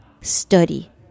study